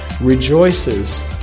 rejoices